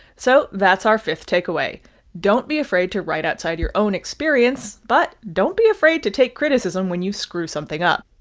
so that's our fifth takeaway don't be afraid to write outside your own experience, but don't be afraid to take criticism when you screw something up.